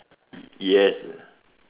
yes